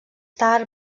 tard